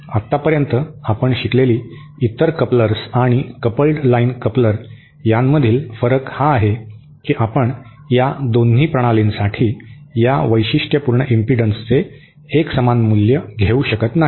आतापर्यंत आपण शिकलेली इतर कपलर्स आणि कपल्ड लाइन कपलर यांमधील फरक हा आहे की आपण या दोन्ही प्रणालींसाठी या वैशिष्ट्यपूर्ण इम्पिडन्सचे एकसमान मूल्य घेऊ शकत नाही